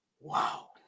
wow